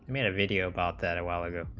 i mean a video about that wall and